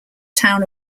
town